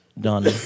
done